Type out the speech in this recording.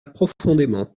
profondément